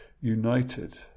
united